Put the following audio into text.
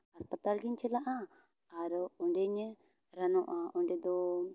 ᱦᱟᱥᱯᱟᱛᱟᱞ ᱜᱮᱧ ᱪᱟᱞᱟᱜᱼᱟ ᱟᱨᱚ ᱚᱸᱰᱮ ᱜᱮᱧ ᱨᱟᱱᱚᱜᱼᱟ ᱚᱸᱰᱮ ᱫᱚ